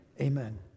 amen